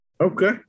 Okay